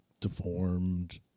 deformed